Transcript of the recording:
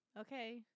Okay